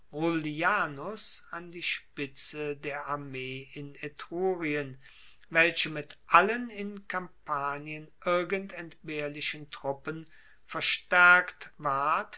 an die spitze der armee in etrurien welche mit allen in kampanien irgend entbehrlichen truppen verstaerkt ward